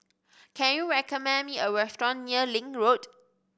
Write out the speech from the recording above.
can you recommend me a restaurant near Link Road